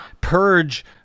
purge